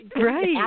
Right